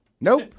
Nope